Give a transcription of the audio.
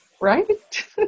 Right